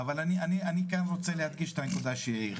אבל אני רוצה להדגיש את הנקודה שלי,